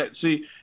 See